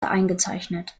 eingezeichnet